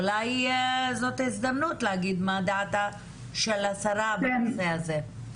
אולי זאת הזדמנות להגיד מה דעתה של השרה בנושא הזה.